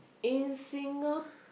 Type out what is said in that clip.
in Singapore